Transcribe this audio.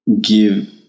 give